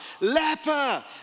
leper